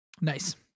Nice